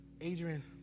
Adrian